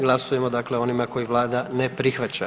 Glasujemo dakle o onima koje Vlada ne prihvaća.